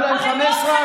בעוד חצי שנה,